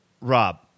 Rob